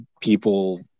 people